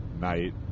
night